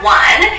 one